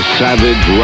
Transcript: savage